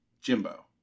Jimbo